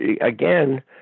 again